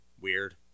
weird